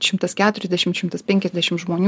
šimtas keturiasdešim šimtas penkiasdešim žmonių